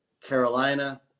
Carolina